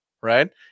right